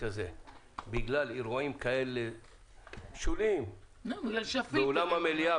הזה בגלל כל מיני אירועים שוליים באולם המליאה,